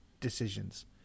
decisions